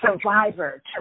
survivor